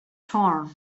torn